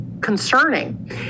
concerning